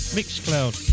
Mixcloud